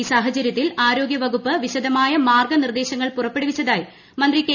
ഈ സാഹചര്യത്തിൽ ആരോഗ്യവകുപ്പ് വിശദമായ മാർഗനിർദേശങ്ങൾ പുറപ്പെടുവിച്ചതായി മന്ത്രി കെ